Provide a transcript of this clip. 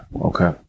Okay